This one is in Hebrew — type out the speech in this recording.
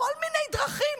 בכל מיני דרכים,